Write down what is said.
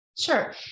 Sure